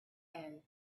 and